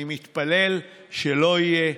אני מתפלל שלא יהיה.